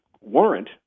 warrant